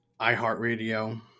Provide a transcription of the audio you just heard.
iHeartRadio